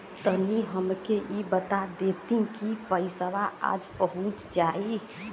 तनि हमके इ बता देती की पइसवा आज पहुँच जाई?